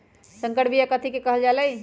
संकर बिया कथि के कहल जा लई?